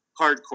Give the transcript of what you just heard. hardcore